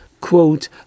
quote